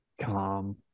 calm